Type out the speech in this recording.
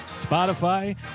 Spotify